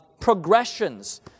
Progressions